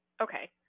Okay